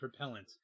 propellants